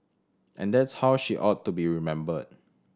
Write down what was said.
and that's how she ought to be remembered